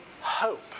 hope